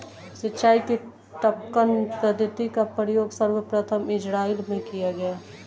सिंचाई की टपकन पद्धति का प्रयोग सर्वप्रथम इज़राइल में किया गया